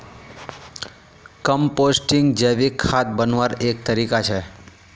composting जैविक खाद बन्वार एक तरीका छे